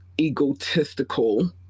egotistical